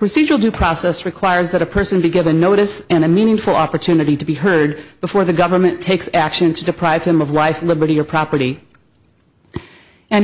procedural due process requires that a person be given notice and a meaningful opportunity to be heard before the government takes action to deprive him of life liberty or property and